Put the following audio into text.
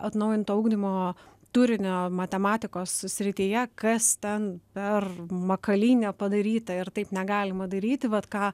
atnaujinto ugdymo turinio matematikos srityje kas ten per makalynė padaryta ir taip negalima daryti vat ką